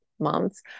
months